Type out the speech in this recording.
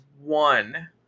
one